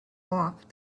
off